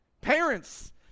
Parents